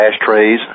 ashtrays